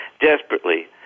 desperately